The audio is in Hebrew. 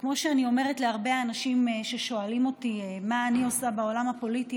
וכמו שאני אומרת להרבה אנשים ששואלים אותי מה אני עושה בעולם הפוליטי,